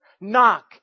Knock